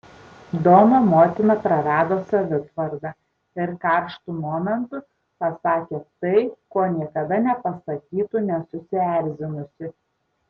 domo motina prarado savitvardą ir karštu momentu pasakė tai ko niekada nepasakytų nesusierzinusi